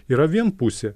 yra vienpusė